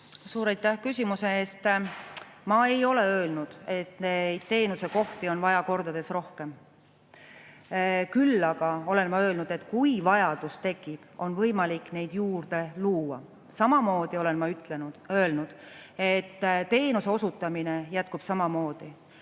Suur aitäh küsimuse eest! Ma ei ole öelnud, et neid teenusekohti on vaja kordades rohkem. Küll aga olen ma öelnud, et kui vajadus tekib, on võimalik neid juurde luua. Samamoodi olen ma öelnud, et teenuse osutamine jätkub samamoodi.